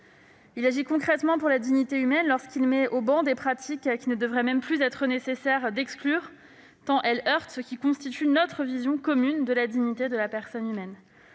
agit concrètement pour la dignité humaine, en mettant au ban des pratiques qu'il ne devrait même plus être nécessaire d'exclure tant elles heurtent ce qui constitue notre vision commune de la dignité de la personne humaine.